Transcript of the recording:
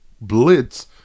blitz